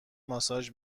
ماساژ